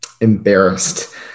embarrassed